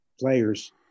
players